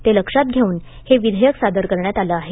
ते लक्षात घेऊन हे विधेयक सादर करण्यात आलं आहे